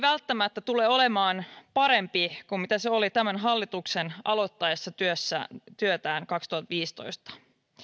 välttämättä tule olemaan parempi kuin se oli tämän hallituksen aloittaessa työtään työtään kaksituhattaviisitoista